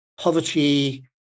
Poverty